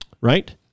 Right